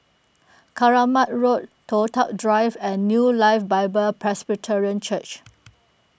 Keramat Road Toh Tuck Drive and New Life Bible Presbyterian Church